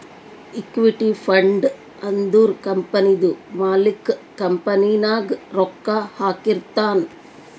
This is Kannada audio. ಇಕ್ವಿಟಿ ಫಂಡ್ ಅಂದುರ್ ಕಂಪನಿದು ಮಾಲಿಕ್ಕ್ ಕಂಪನಿ ನಾಗ್ ರೊಕ್ಕಾ ಹಾಕಿರ್ತಾನ್